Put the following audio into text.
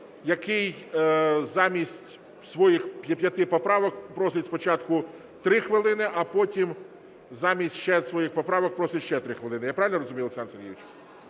який замість своїх п'яти поправок просить спочатку 3 хвилини, а потім замість ще своїх поправок просить ще 3 хвилини. Я правильно розумію, Олександр Сергійович?